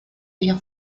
ella